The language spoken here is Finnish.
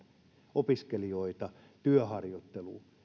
opiskelijoita työharjoitteluun